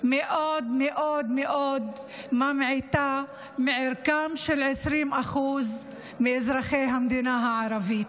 שמאוד מאוד ממעיטה מערכם של 20% מאזרחי המדינה הערבים.